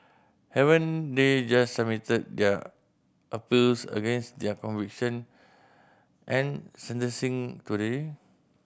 haven't they just submitted their appeals against their conviction and sentencing today